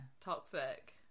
Toxic